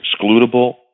excludable